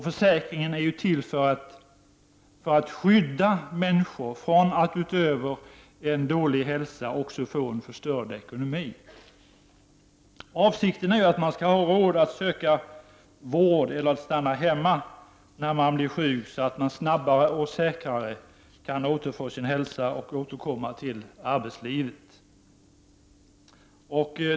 Försäkringen är till för att skydda människor från att utöver en dålig hälsa också få en förstörd ekonomi. Avsikten är att man skall ha råd att söka vård eller att stanna hemma när man blir sjuk, så att man snabbare och säkrare kan återfå sin hälsa och återkomma till arbetslivet.